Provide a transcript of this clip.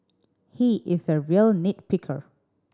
he is a real nit picker